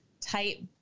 tight